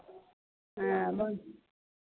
हँ बहुत